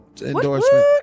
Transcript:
endorsement